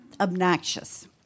obnoxious